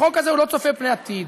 החוק הזה לא צופה פני עתיד,